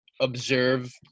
observe –